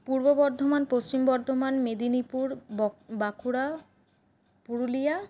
পূর্ব বর্ধমান পশ্চিম বর্ধমান মেদিনীপুর বক বাঁকুড়া পুরুলিয়া